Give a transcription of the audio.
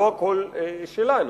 לא הכול שלנו,